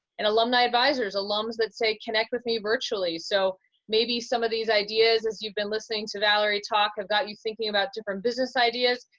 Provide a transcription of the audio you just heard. and alumni advisors, alums that say connect with me virtually. so maybe some of these ideas as you've been listening to valerie talk have got you thinking about different business ideas.